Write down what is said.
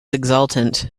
exultant